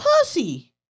pussy